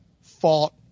fought